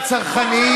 אתם עלובים.